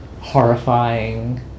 horrifying